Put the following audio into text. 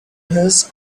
has